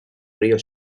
río